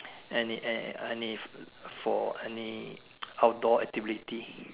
any an any for any outdoor activity